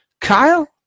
Kyle